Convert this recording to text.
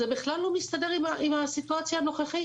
זה בכלל לא מסתדר עם הסיטואציה הנוכחית,